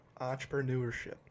Entrepreneurship